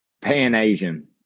Pan-Asian